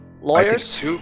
lawyers